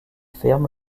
fermes